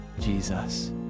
Jesus